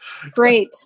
great